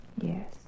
Yes